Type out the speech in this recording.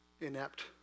inept